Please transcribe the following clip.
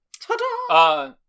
Ta-da